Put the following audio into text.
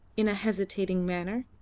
in a hesitating manner.